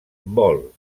vol